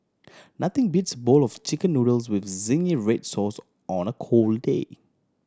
nothing beats bowl of Chicken Noodles with zingy red sauce on a cold day